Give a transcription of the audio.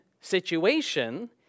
situation